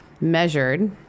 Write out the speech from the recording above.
measured